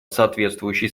соответствующей